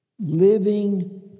Living